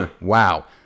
wow